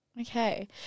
Okay